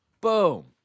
Boom